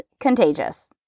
contagious